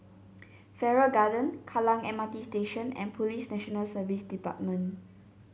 Farrer Garden Kallang M R T Station and Police National Service Department